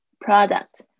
product